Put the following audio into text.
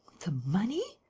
the money?